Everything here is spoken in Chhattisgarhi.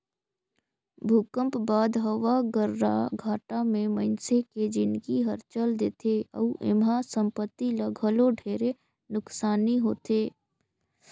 भूकंप बाद हवा गर्राघाटा मे मइनसे के जिनगी हर चल देथे अउ एम्हा संपति ल घलो ढेरे नुकसानी होथे